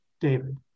David